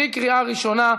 בקריאה ראשונה.